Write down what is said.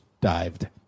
dived